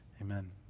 Amen